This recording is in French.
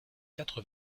quatre